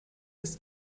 des